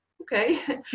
okay